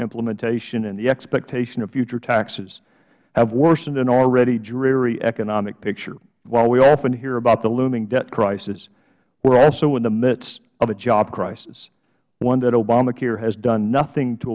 implementation and the expectation of future taxes have worsened an already dreary economic picture while we often hear about the looming debt crisis we are also in the midst of a job crisis one that obamacare has done nothing to